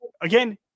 again